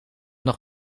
nog